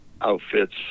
outfits